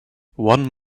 one